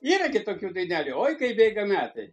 yra gi tokių dainelių oi kaip bėga metai